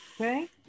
Okay